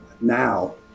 now